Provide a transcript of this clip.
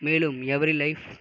மேலும் every life